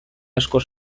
asko